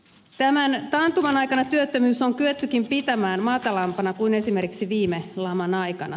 tämän taantuman aikana työttömyys on kyettykin pitämään matalampana kuin esimerkiksi viime laman aikana